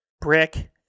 brick